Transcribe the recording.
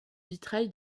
vitrail